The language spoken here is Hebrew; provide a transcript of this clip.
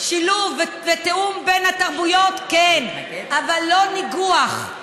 שילוב ותיאום בין התרבויות, כן, אבל לא ניגוח,